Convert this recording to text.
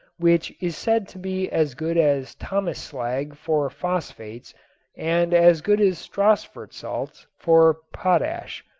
which is said to be as good as thomas slag for phosphates and as good as stassfurt salts for potash.